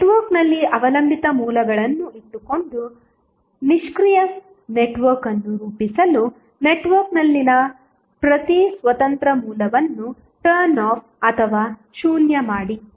ನೆಟ್ವರ್ಕ್ನಲ್ಲಿ ಅವಲಂಬಿತ ಮೂಲಗಳನ್ನು ಇಟ್ಟುಕೊಂಡು ನಿಷ್ಕ್ರಿಯ ನೆಟ್ವರ್ಕ್ ಅನ್ನು ರೂಪಿಸಲು ನೆಟ್ವರ್ಕ್ನಲ್ಲಿನ ಪ್ರತಿ ಸ್ವತಂತ್ರ ಮೂಲವನ್ನು ಟರ್ನ್ಆಫ್ ಅಥವಾ 0 ಮಾಡಿ